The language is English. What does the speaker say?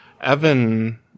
Evan